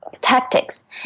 tactics